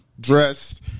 Dressed